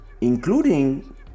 including